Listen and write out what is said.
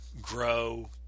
grow